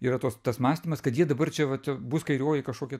yra tos tas mąstymas kad jie dabar čia vat bus kairioji kažkokia